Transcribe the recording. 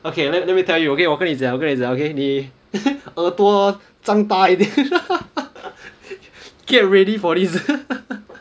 okay let me let me tell you okay 我跟你讲我跟你讲 okay 你耳朵张大一点 get ready for this